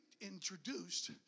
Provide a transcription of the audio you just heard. introduced